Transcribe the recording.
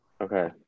Okay